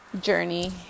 journey